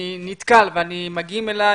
מגיעים אלי